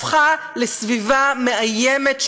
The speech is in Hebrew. הפכה לסביבה מאיימת,